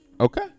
Okay